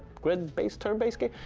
grid based turn based game?